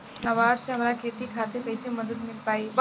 नाबार्ड से हमरा खेती खातिर कैसे मदद मिल पायी?